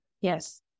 Yes